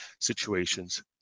situations